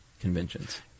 Conventions